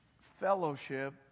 fellowship